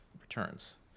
returns